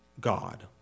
God